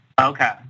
Okay